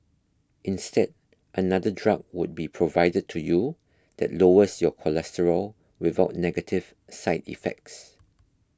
instead another drug would be provided to you that lowers your cholesterol without negative side effects